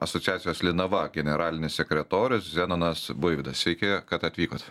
asociacijos linava generalinis sekretorius zenonas buivydas sveiki kad atvykot